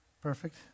Perfect